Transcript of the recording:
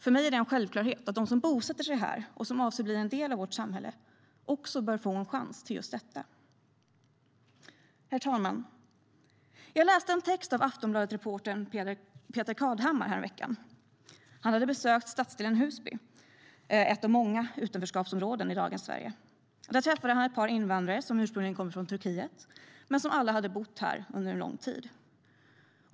För mig är det en självklarhet att de som bosätter sig här, och som avser bli en del av vårt samhälle också bör få en chans till just detta. Herr talman! Jag läste en text av Aftonbladetreportern Peter Kadhammar häromveckan. Han hade besökt stadsdelen Husby, ett av många utanförskapsområden i dagens Sverige. Där träffade han ett par invandrare som ursprungligen kommer från Turkiet men som alla har bott här under lång tid.